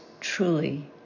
truly